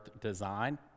design